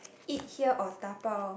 eat here or dabao